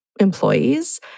employees